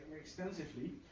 extensively